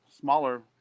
smaller